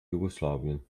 jugoslawien